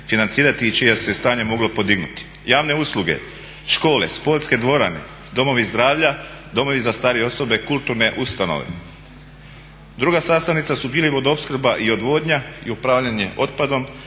i čija se stanja moglo podignuti, javne usluge, škole, sportske dvorane, domovi zdravlja, domovi za starije osobe, kulturne ustanove. Druga sastavnica su bili vodoopskrba i odvodnja i upravljanje otpadom.